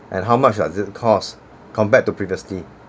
and how much does it cost compared to previously